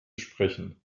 sprechen